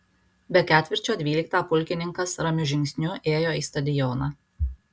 be ketvirčio dvyliktą pulkininkas ramiu žingsniu ėjo į stadioną